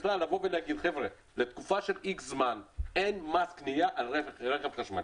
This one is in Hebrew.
קודם כל לבוא ולהגיד שלתקופה של איקס זמן אין מס קנייה על רכב חשמלי.